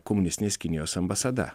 komunistinės kinijos ambasada